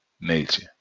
nature